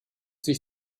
sich